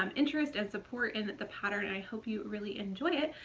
um interest and support in the pattern and i hope you really enjoy it!